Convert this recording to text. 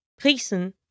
prisen